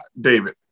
David